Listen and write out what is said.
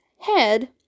head